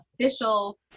official